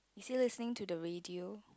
she listening to the radio